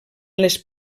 les